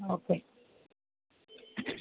okay